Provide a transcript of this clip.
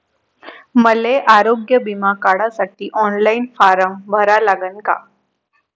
मले आरोग्य बिमा काढासाठी ऑनलाईन फारम भरा लागन का?